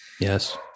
Yes